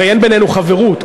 הרי אין בינינו חברות,